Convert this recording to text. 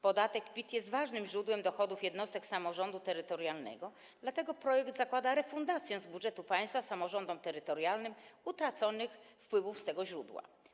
Podatek PIT jest ważnym źródłem dochodów jednostek samorządu terytorialnego, dlatego projekt zakłada refundację z budżetu państwa samorządom terytorialnym utraconych wpływów z tego źródła.